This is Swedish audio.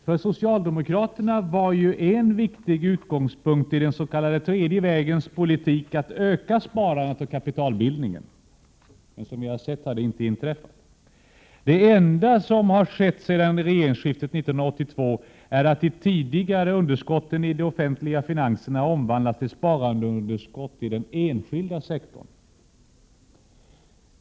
För socialdemokraterna var ju en viktig utgångspunkt i den s.k. tredje vägens politik att öka sparandet och kapitalbildningen. Men detta har inte inträffat. Det enda som har skett sedan regeringsskiftet 1982 är att de tidigare underskotten i de offentliga finanserna har omvandlats till sparandeunderskott i den enskilda sektorn.